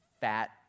fat